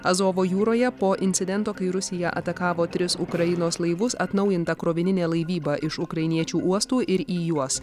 azovo jūroje po incidento kai rusija atakavo tris ukrainos laivus atnaujinta krovininė laivyba iš ukrainiečių uostų ir į juos